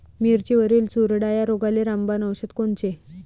मिरचीवरील चुरडा या रोगाले रामबाण औषध कोनचे?